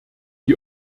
die